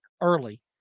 early